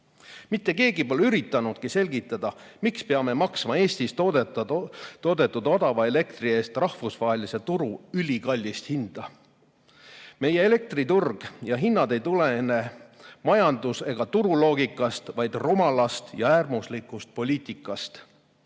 keegi pole üritanudki selgitada, miks peame maksma Eestis toodetud odava elektri eest rahvusvahelise turu ülikallist hinda. Meie elektriturg ja hinnad ei tulene majandus- ega turuloogikast, vaid rumalast ja äärmuslikust poliitikast.